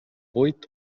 buit